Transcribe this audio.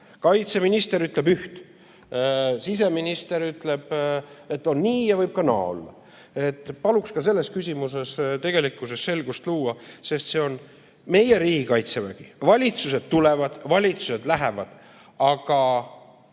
Kaitseminister ütleb üht, siseminister ütleb, et on nii ja võib ka naa olla. Paluks ka selles küsimuses selgust luua, sest see on meie riigi Kaitsevägi. Valitsused tulevad, valitsused lähevad, aga